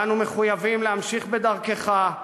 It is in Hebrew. ואנו מחויבים להמשיך בדרכך,